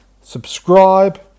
subscribe